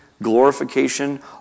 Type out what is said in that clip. Glorification